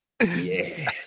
Yes